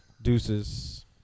Deuces